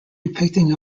depicting